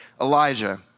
Elijah